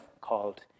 called